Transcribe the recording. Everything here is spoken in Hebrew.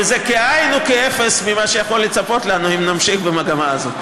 וזה כאין וכאפס לעומת מה שיכול לצפות לנו אם נמשיך במגמה הזאת.